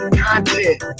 content